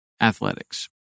athletics